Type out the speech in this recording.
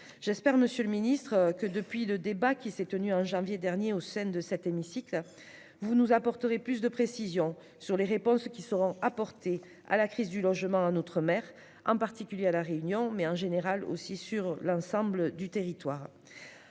J'espère, monsieur le ministre, que, après le débat qui s'est tenu en janvier dernier au sein de cet hémicycle, vous pourrez nous donner plus de précisions sur les réponses qui seront apportées à la crise du logement en outre-mer, en particulier à La Réunion, mais aussi, en général, sur l'ensemble du territoire.